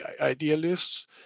idealists